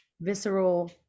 visceral